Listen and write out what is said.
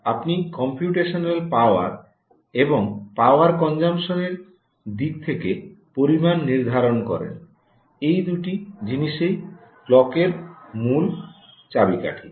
আপনি computational power এবং power consumption এর দিক থেকে পরিমাণ নির্ধারণ করেন এই দুটি জিনিসই ক্লকের মূল চাবিকাঠি